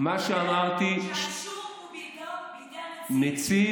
אתה אומר שהאישור הוא בידי הנציב, הוא